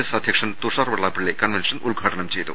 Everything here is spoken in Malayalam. എസ് അധ്യക്ഷൻ തുഷാർ വെള്ളാപ്പള്ളി കൺവെൻഷൻ ഉദ്ഘാടനം ചെയ്തു